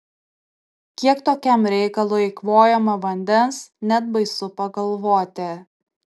kiek tokiam reikalui eikvojama vandens net baisu pagalvoti